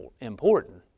important